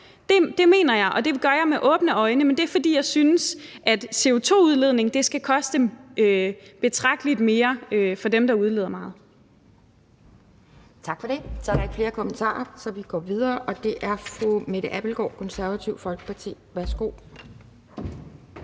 Det mener jeg, og det gør jeg med åbne øjne, men det er, fordi jeg synes, at CO₂-udledning skal koste betragteligt mere for dem, der udleder meget.